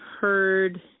heard